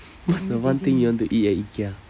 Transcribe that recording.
what's the one thing you want to eat at ikea